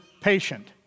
patient